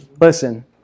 Listen